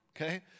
okay